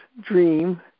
dream